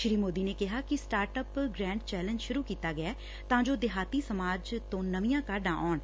ਸ੍ਰੀ ਮੋਦੀ ਨੇ ਕਿਹਾ ਕਿ ਸਟਾਅੱਪ ਗ੍ਰੈਂਡ ਚੈਲੇਜ਼ ਸੁਰੂ ਕੀਤਾ ਗਿਐ ਤਾਂ ਜੋ ਦੇਹਾਤੀ ਸਮਾਜ ਤੋਂ ਨਵੀਆਂ ਕਾਢਾਂ ਸਾਹਮਣੇ ਆਉਣ